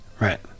right